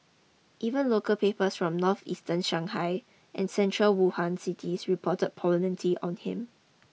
even local papers from northeastern Shanghai and central Wuhan cities reported prominently on him